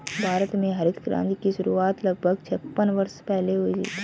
भारत में हरित क्रांति की शुरुआत लगभग छप्पन वर्ष पहले हुई थी